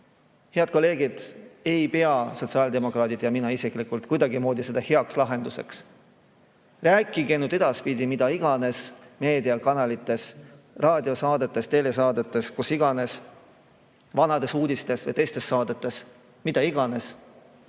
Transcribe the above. Head kolleegid! Ei pea sotsiaaldemokraadid, sealhulgas mina isiklikult kuidagimoodi seda heaks lahenduseks. Rääkige nüüd edaspidi mida iganes meediakanalites, raadiosaadetes, telesaadetes, kus iganes, vanades uudistes või teistes saadetes – mitte